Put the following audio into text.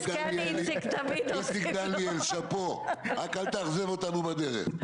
איציק דניאל, שאפו, רק אל תאכזב אותנו בדרך.